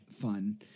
fun